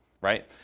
right